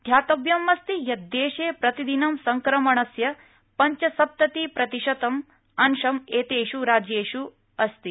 ध्यातव्यमस्ति यत् दृष्ण प्रतिदिनं संक्रमणस्य पंचसप्ततिप्रतिशतं अंशम् एत्यू राज्यू िअस्ति